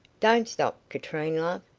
don't stop, katrine, love.